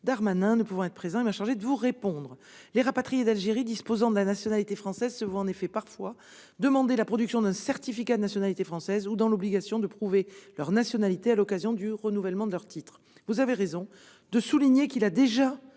Darmanin, qui, ne pouvant être présent, m'a chargée de vous répondre. Les rapatriés d'Algérie disposant de la nationalité française se voient en effet parfois demander la production d'un certificat de nationalité française ou se trouvent dans l'obligation de prouver leur nationalité à l'occasion du renouvellement de leur titre. Vous avez raison de le souligner, il a déjà